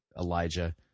Elijah